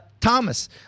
Thomas